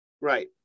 right